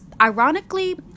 Ironically